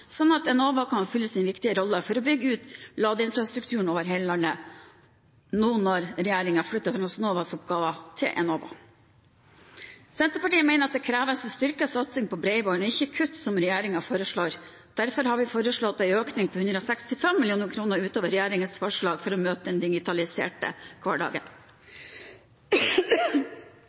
sånn at Enova kan fylle sin viktige rolle i å bygge ut ladeinfrastrukturen over hele landet, nå når regjeringen flytter Transnovas oppgaver til Enova. Senterpartiet mener det kreves en styrket satsing på bredbånd og ikke kutt, som regjeringen foreslår. Derfor har vi foreslått en økning på 165 mill. kr utover regjeringens forslag, for å møte den digitaliserte hverdagen.